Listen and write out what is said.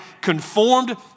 conformed